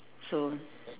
so